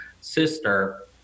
sister